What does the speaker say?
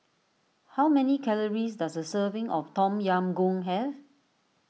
how many calories does a serving of Tom Yam Goong have